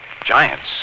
Giants